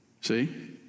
See